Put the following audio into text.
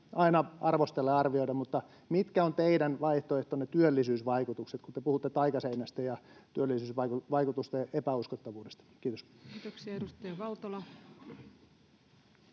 aina arvostella ja arvioida, mutta mitkä ovat teidän vaihtoehtonne työllisyysvaikutukset, kun te puhutte taikaseinästä ja työllisyysvaikutusten epäuskottavuudesta? — Kiitos. [Speech 142]